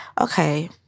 okay